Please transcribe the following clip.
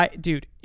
Dude